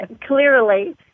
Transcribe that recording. Clearly